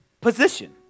position